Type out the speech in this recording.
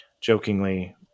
jokingly